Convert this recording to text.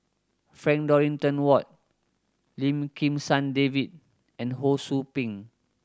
Frank Dorrington Ward Lim Kim San David and Ho Sou Ping